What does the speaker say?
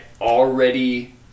already